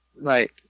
Right